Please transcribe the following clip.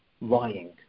lying